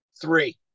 Three